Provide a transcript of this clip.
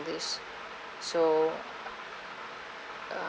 this so uh